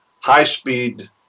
high-speed